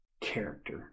Character